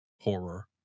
Horror